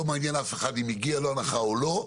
לא מעניין אף אחד אם הגיעה לו הנחה או לא,